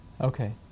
okay